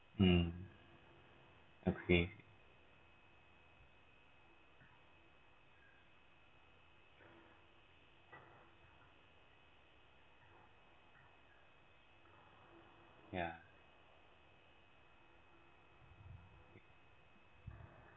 mm okay ya